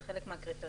זה חלק מהקריטריונים.